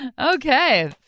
Okay